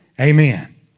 amen